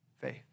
faith